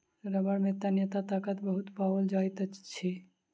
रबड़ में तन्यता ताकत बहुत पाओल जाइत अछि